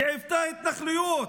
שעיבתה התנחלויות,